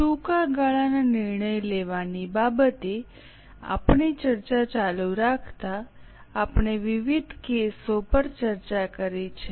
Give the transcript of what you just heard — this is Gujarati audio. ટૂંકા ગાળાના નિર્ણય લેવાની બાબતે આપણી ચર્ચા ચાલુ રાખતા આપણે વિવિધ કેસો પર ચર્ચા કરી છે